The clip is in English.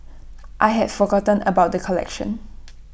I had forgotten about the collection